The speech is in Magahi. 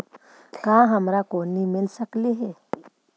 का हमरा कोलनी मिल सकले हे?